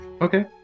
okay